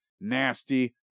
nasty